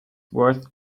worth